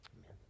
Amen